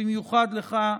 ובמיוחד לך,